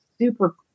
super